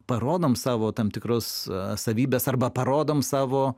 parodom savo tam tikrus savybes arba parodom savo